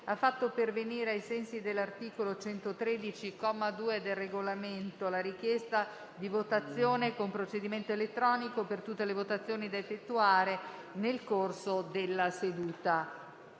ha fatto pervenire, ai sensi dell'articolo 113, comma 2, del Regolamento, la richiesta di votazione con procedimento elettronico per tutte le votazioni da effettuare nel corso della seduta.